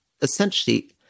essentially